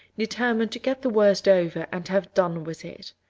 determined to get the worst over and have done with it.